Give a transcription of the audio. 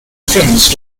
prince